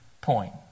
point